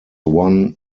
one